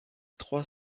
trois